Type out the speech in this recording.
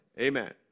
Amen